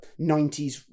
90s